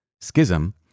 Schism